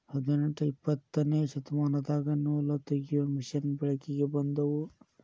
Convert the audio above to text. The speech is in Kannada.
ಹದನೆಂಟ ಇಪ್ಪತ್ತನೆ ಶತಮಾನದಾಗ ನೂಲತಗಿಯು ಮಿಷನ್ ಬೆಳಕಿಗೆ ಬಂದುವ